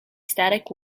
static